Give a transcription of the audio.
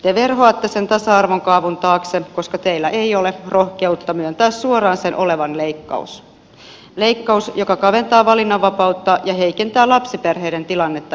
te verhoatte sen tasa arvon kaavun taakse koska teillä ei ole rohkeutta myöntää suoraan sen olevan leikkaus leikkaus joka kaventaa valinnanvapautta ja heikentää lapsiperheiden tilannetta entisestään